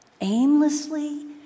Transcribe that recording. aimlessly